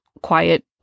quiet